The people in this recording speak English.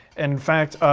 in fact,